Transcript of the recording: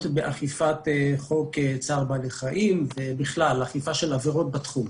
באכיפת חוק צער בעלי חיים ובכלל אכיפה של עבירות בתחום.